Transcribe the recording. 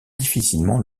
difficilement